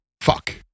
Fuck